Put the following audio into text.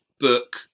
book